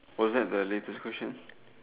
was that the latest question